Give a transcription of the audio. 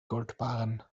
goldbarren